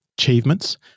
achievements